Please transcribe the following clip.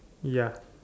ya